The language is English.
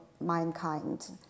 mankind